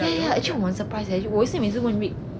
yeah yeah yeah actually 我很 surprise eh 我也是每次问 vick